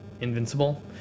invincible